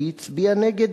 היא הצביעה נגד.